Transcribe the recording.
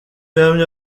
yamye